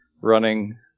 running